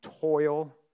toil